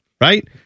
Right